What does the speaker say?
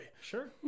Sure